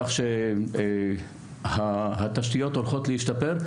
כך שהתשתיות הולכות להשתפר,